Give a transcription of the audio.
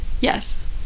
Yes